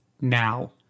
now